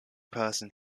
person